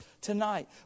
tonight